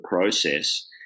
process